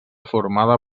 formada